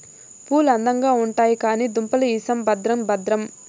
పూలు అందంగా ఉండాయి కానీ దుంపలు ఇసం భద్రం భద్రం